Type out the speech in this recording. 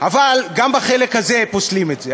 אבל גם בחלק הזה פוסלים את זה.